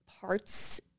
parts